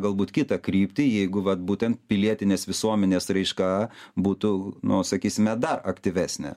galbūt kitą kryptį jeigu vat būtent pilietinės visuomenės raiška būtų nu sakysime dar aktyvesnė